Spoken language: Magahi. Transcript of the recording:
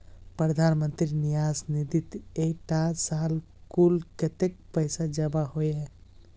प्रधानमंत्री न्यास निधित इटा साल कुल कत्तेक पैसा जमा होइए?